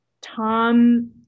Tom